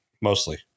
Mostly